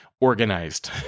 organized